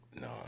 No